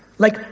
like,